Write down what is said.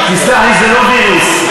תסלח לי, זה לא וירוס.